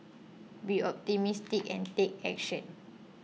be optimistic and take action